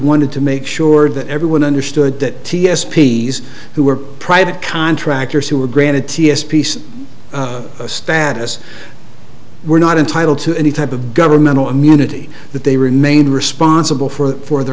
wanted to make sure that everyone understood that ts p s who were private contractors who were granted ts peace status we're not entitle to any type of governmental immunity that they remain responsible for for the